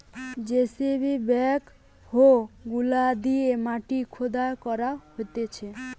JCB backhoe গুলা দিয়ে মাটি খুদা করা হতিছে